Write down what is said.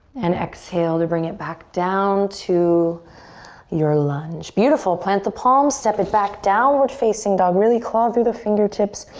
and exhale to bring it back down to your lunge. beautiful, plant the palms, step it back, downward facing dog. really claw through the fingertips.